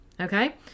Okay